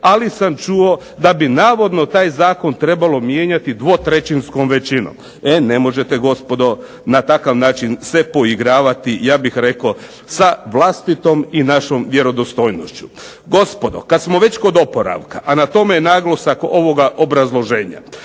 ali sam čuo da bi navodno taj zakon trebalo mijenjati 2/3-skom većinom. E ne možete gospodo na takav način se poigravati ja bih rekao sa vlastitom i našom vjerodostojnošću. Gospodo, kad smo već kod oporavka, a na tome je naglasak ovoga obrazloženja,